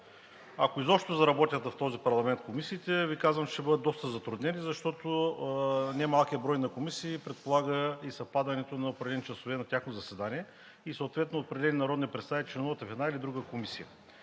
Ако изобщо заработят комисиите в този парламент, казвам Ви, че ще бъдат доста затруднени, защото немалкият брой комисии предполага и съвпадането на определени часове на всяко заседание, и съответно определени народни представители членуват в една или друга комисия.